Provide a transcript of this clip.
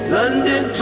London